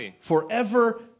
forever